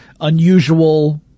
unusual